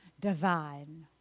divine